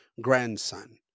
grandson